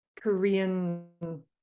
Korean